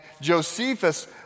Josephus